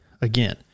Again